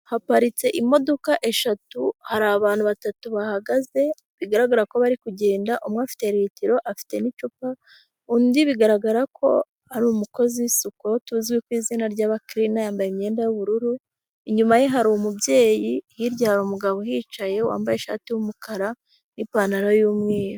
Haparitse imodoka eshatu, hari abantu batatu bahagaze bigaragara ko bari kugenda, umwe afite litiro afite n'icupa, undi bigaragara ko ari umukozi w'isuku abo tuzi ku izina ry'abakirina yambaye imyenda y'ubururu, inyuma ye hari umubyeyi, hirya hari umugabo uhicaye wambaye ishati y'umukara n'ipantaro y'umweru.